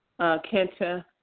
Kenta